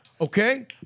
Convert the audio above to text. Okay